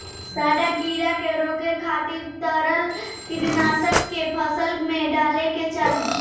सांढा कीड़ा के रोके खातिर तरल कीटनाशक के फसल में डाले के चाही